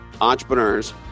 entrepreneurs